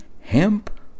Hemp